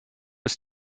ist